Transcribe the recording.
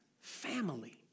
family